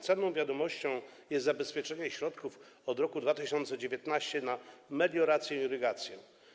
Cenną wiadomością jest zabezpieczenie środków od roku 2019 na meliorację i irygację.